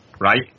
right